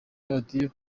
radiyo